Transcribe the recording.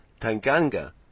Tanganga